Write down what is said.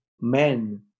men